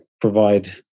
provide